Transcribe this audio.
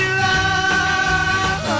love